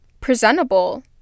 presentable